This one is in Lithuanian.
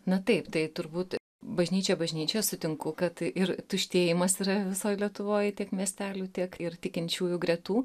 na taip tai turbūt bažnyčia bažnyčia sutinku kad ir tuštėjimas yra visoj lietuvoj tiek miestelių tiek ir tikinčiųjų gretų